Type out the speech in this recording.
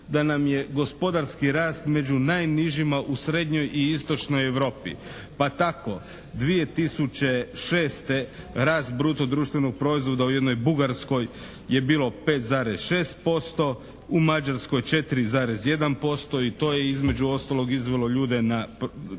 da nam je gospodarski rast među najnižima u srednjoj i istočnoj Europi pa tako, 2006. rast bruto društvenog proizvoda u jednoj Bugarskoj je bilo 5,6%, u Mađarskoj 4,1% i to je između ostalog izvelo ljude